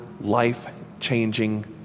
life-changing